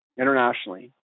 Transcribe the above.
internationally